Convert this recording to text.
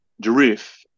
Drift